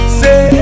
say